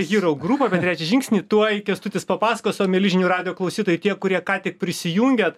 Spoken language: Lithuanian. hyrau grūp apie trečią žingsnį tuoj kęstutis papasakos o mieli žinių radijo klausytojai tie kurie ką tik prisijungėt